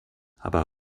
aber